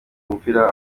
umupira